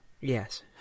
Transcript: yes